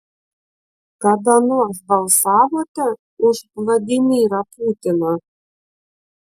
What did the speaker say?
kada nors balsavote už vladimirą putiną